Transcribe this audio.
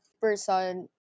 person